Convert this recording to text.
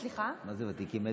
השאלה, מה זה ותיקים?